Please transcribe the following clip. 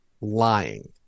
lying